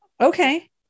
Okay